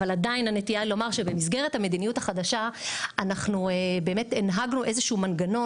אבל עדיין הנטייה היא לומר שבמסגרת המדיניות החדשה אנחנו הנהגנו מנגנון